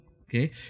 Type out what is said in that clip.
okay